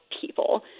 people